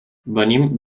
venim